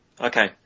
okay